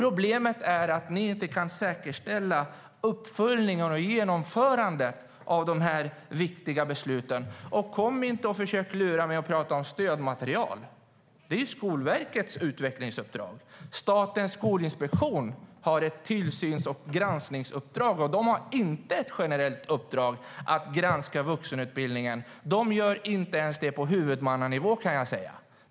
Problemet är att ni inte kan säkerställa uppföljning och genomförande av de viktiga besluten. Försök inte lura mig genom att prata om stödmaterial! Det är Skolverkets utvecklingsuppdrag. Statens skolinspektion har ett tillsyns och granskningsuppdrag. De har inte ett generellt uppdrag att granska vuxenutbildningen. De gör inte det ens på huvudmannanivå.